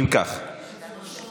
אתה יכול לחזור על מה שהוא אמר?